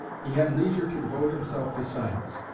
he had leisure to devote himself to science.